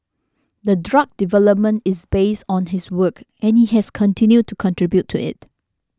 the drug development is based on his work and he has continued to contribute to it